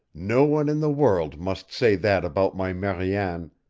no one in the world must say that about my mariane,